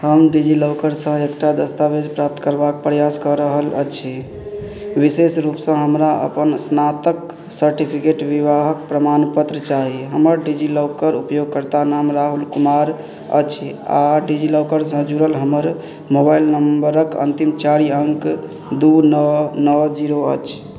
हम डिजिलॉकरसँ एकटा दस्तावेज प्राप्त करबाक प्रयास कऽ रहल छी विशेष रूपसँ हमरा अपन स्नातक सर्टिफिकेट विवाहक प्रमाणपत्र चाही हमर डिजिलॉकर उपयोगकर्ता नाम राहुल कुमार अछि आओर डिजिलॉकरसँ जुड़ल हमर मोबाइल नम्बरके अन्तिम चारि अङ्क दुइ नओ नओ जीरो अछि